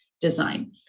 design